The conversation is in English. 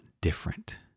different